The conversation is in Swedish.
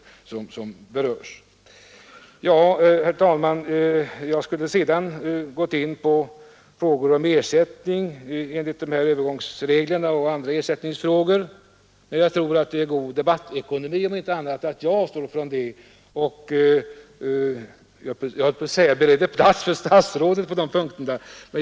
Herr talman! Jag hade tänkt gå in på frågor om ersättning enligt övergångsreglerna och andra ersättningsfrågor, men jag tror att det, om inte annat, är god debattekonomi att jag avstår och ger plats för statsrådet på de punkterna.